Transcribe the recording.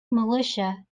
militia